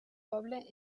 poble